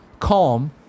Calm